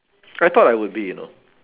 I thought I would be you know